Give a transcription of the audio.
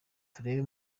turebe